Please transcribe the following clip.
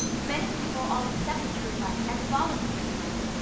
many people all accept the true light and follow the true light.